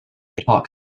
park